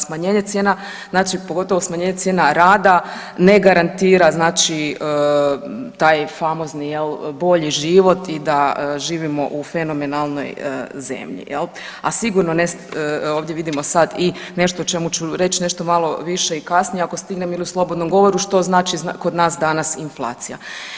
Smanjenje cijena, znači pogotovo smanjenje cijene rada ne garantira znači taj famozni jel bolji život i da živimo u fenomenalnoj zemlji jel, ovdje vidimo sad i nešto o čemu ću reć nešto malo više i kasnije ako stignem ili u slobodnom govoru što znači kod nas danas inflacija.